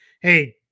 hey